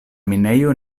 minejo